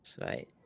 right